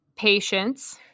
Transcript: patience